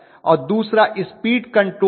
और दूसरा speed control है